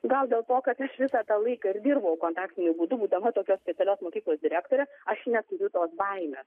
gal dėl to kad aš visą tą laiką dirbau kontaktiniu būdu būdama tokios specialios mokyklos direktore aš neturiu tos baimės